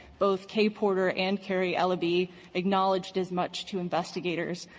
both kaye porter and carrie eleby acknowledged as much to investigators,